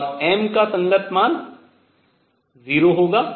और m का संगत मान 0 होगा